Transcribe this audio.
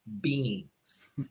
beings